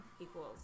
equals